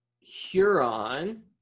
Huron